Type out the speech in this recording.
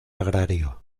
agrario